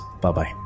Bye-bye